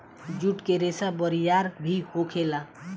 जुट के रेसा बरियार भी होखेला